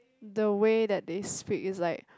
the way that they speak is like